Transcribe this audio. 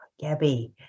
Gabby